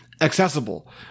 Accessible